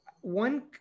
one